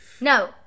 no